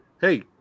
Hey